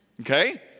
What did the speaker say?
Okay